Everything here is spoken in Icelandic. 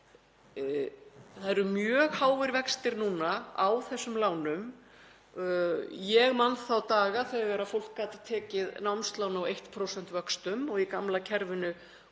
Það eru mjög háir vextir núna á þessum lánum. Ég man þá daga þegar fólk gat tekið námslán á 1% vöxtum og í gamla kerfinu